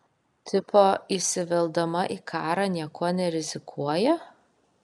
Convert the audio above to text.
tipo įsiveldama į karą niekuo nerizikuoja